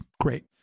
Great